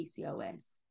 PCOS